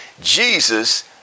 Jesus